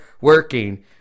working